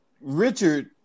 Richard